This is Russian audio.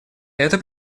это